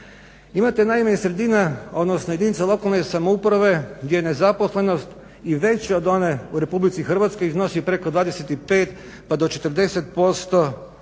Imate naime sredina odnosno jedinica lokalne samouprave gdje je nezaposlenost i veća od one u Republici Hrvatskoj, iznosi preko 25 pa do 40 ukupna